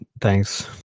thanks